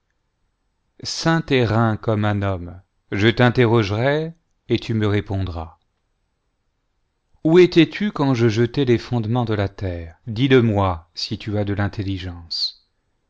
reins comme u homme je t'interrogerai et tu me répondras où étais-tu quand je jetais le fondements de la terre dis-le-moi si tu as de l'intelligence